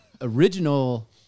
original